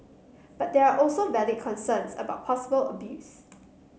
but there are also valid concerns about possible abuse